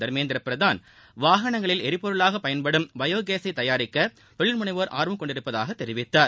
தர்மேந்திர பிரதான் வாகனங்களில் எரிபொருளாக பயன்படுத்தும் பயோ கேஸை தயாரிக்க தொழில்முனைவோர் ஆர்வம் கொண்டுள்ளதாக தெரிவித்தார்